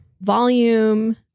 volume